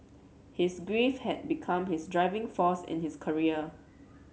his grief had become his driving force in his career